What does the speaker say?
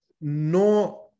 no